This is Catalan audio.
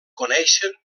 coneixen